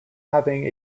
having